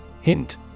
Hint